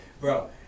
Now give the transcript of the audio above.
bro